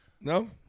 No